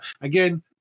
Again